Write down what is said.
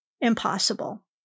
impossible